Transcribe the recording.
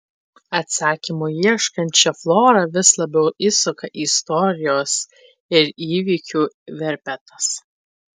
atsakymų ieškančią florą vis labiau įsuka istorijos ir įvykių verpetas